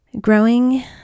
Growing